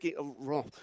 wrong